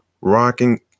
rocking